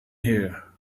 here